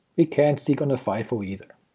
we can't seek on the fifo, either.